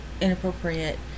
inappropriate